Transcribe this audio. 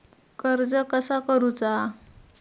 कर्ज कसा करूचा?